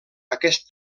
aquest